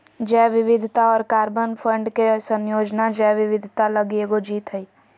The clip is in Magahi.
जैव विविधता और कार्बन फंड के संयोजन जैव विविधता लगी एगो जीत हइ